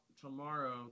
tomorrow